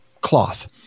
cloth